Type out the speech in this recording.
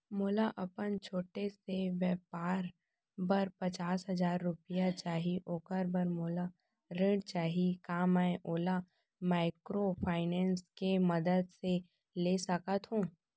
मोला अपन छोटे से व्यापार बर पचास हजार रुपिया चाही ओखर बर मोला ऋण चाही का मैं ओला माइक्रोफाइनेंस के मदद से ले सकत हो?